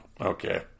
Okay